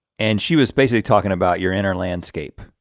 and she was basically talking about your inner landscape,